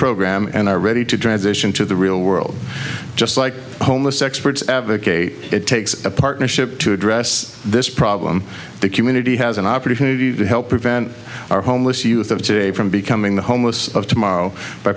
program and are ready to drive dish into the real world just like homeless experts advocate it takes a partnership to address this problem the community has an opportunity to help prevent our homeless youth of today from becoming the homeless of tomorrow by